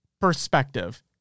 perspective